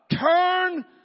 turn